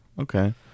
okay